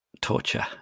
torture